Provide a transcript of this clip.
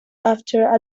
after